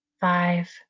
five